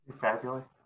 Fabulous